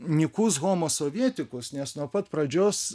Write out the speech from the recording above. nykus homo sovietikus nes nuo pat pradžios